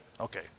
Okay